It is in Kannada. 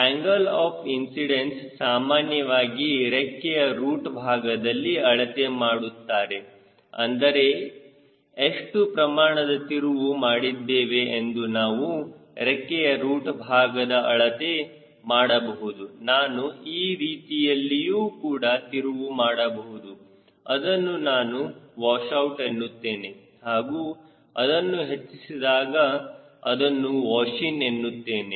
ಆಂಗಲ್ ಆಫ್ ಇನ್ಸಿಡೆನ್ಸ್ ಸಾಮಾನ್ಯವಾಗಿ ರೆಕ್ಕೆಯ ರೂಟ್ ಭಾಗದಲ್ಲಿ ಅಳತೆ ಮಾಡುತ್ತಾರೆ ಅಂದರೆ ಎಷ್ಟು ಪ್ರಮಾಣದ ತಿರುವು ಮಾಡಿದ್ದೇವೆ ಎಂದು ನಾವು ರೆಕ್ಕೆಯ ರೂಟ್ ಭಾಗದಲ್ಲಿ ಅಳತೆ ಮಾಡಬಹುದು ನಾನು ಈ ರೀತಿಯಲ್ಲಿಯೂ ಕೂಡ ತಿರುವು ಮಾಡಬಹುದು ಅದನ್ನು ನಾನು ವಾಶ್ ಔಟ್ ಎನ್ನುತ್ತೇನೆ ಹಾಗೂ ಅದನ್ನು ಹೆಚ್ಚಿಸಿದಾಗ ಅದನ್ನು ವಾಶ್ ಇನ್ ಎನ್ನುತ್ತೇವೆ